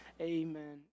Amen